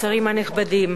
השרים הנכבדים,